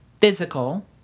physical